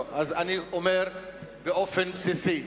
אז אני אומר באופן בסיסי,